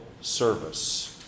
service